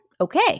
okay